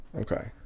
okay